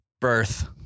birth